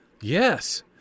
Yes